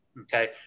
Okay